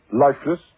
lifeless